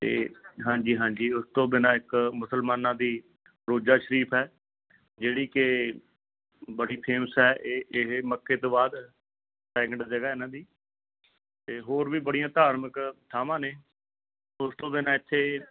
ਅਤੇ ਹਾਂਜੀ ਹਾਂਜੀ ਉਸ ਤੋਂ ਬਿਨਾਂ ਇੱਕ ਮੁਸਲਮਾਨਾਂ ਦੀ ਰੋਜਾ ਸ਼ਰੀਫ ਹੈ ਜਿਹੜੀ ਕਿ ਬੜੀ ਫੇਮਸ ਹੈ ਇਹ ਇਹ ਮੱਕੇ ਤੋਂ ਬਾਅਦ ਸੈਕੰਡ ਜਗ੍ਹਾ ਇਹਨਾਂ ਦੀ ਅਤੇ ਹੋਰ ਵੀ ਬੜੀਆਂ ਧਾਰਮਿਕ ਥਾਵਾਂ ਨੇ ਉਸ ਤੋਂ ਬਿਨਾ ਇੱਥੇ